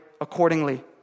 accordingly